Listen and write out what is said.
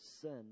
sin